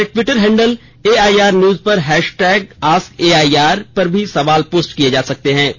हमारे Twitter handle AIR news पर hashtag ask AIR पर भी सवाल पोस्ट किए जा सकते हैं